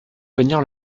venir